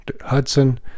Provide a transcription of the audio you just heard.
Hudson